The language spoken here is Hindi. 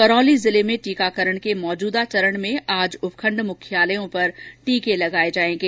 करौली जिले में टीकाकरण के मौजूदा चरण में आज उपखण्ड मुख्यालयों पर टीके लगाए जाएंगे